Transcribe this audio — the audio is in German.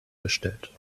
gestellt